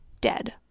Dead